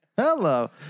Hello